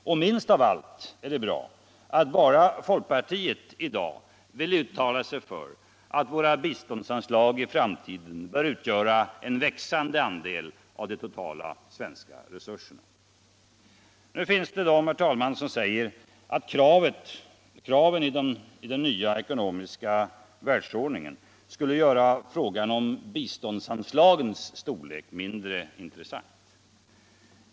Och minst av allt är det bra att bara folkpartiet i dag vill uttala sig för att våra biståndsanslag i framtiden bör utgöra en växande andel av de totala svenska resurserna. Nu finns det de som säger att kraven i den nya ekonomiska världsordningen skulle göra frågan om biståndsanslagets storlek mindre intressant.